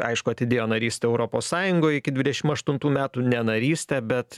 aišku atidėjo narystę europos sąjungoj iki dvidešim aštuntų metų ne narystę bet